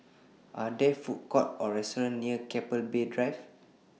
Are There Food Courts Or restaurants near Keppel Bay Drive